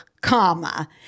comma